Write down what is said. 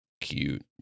cute